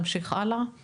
אנחנו